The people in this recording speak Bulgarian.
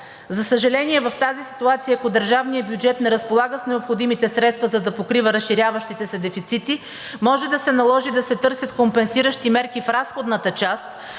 За съжаление, в тази ситуация, ако държавният бюджет не разполага с необходимите средства, за да покрива разширяващите се дефицити, може да се наложи да се търсят компенсиращи мерки в разходната част,